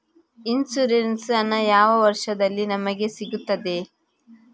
Insurance ಹಣ ಯಾವ ವರ್ಷದಲ್ಲಿ ನಮಗೆ ಸಿಗುತ್ತದೆ?